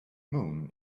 moon